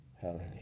Hallelujah